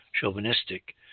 chauvinistic